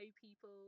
people